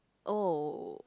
oh